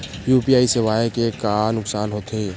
UPI सेवाएं के का नुकसान हो थे?